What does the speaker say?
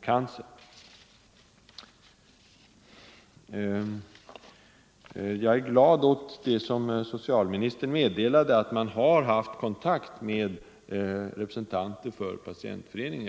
cancer. Jag är glad åt det socialministern meddelade: att man har haft kontakt med representanter för patientföreningen.